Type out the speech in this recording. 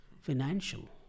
financial